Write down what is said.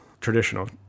traditional